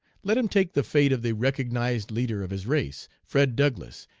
let him take the fate of the recognized leader of his race, fred douglass,